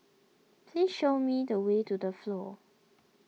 please show me the way to the Flow